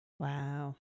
Wow